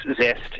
zest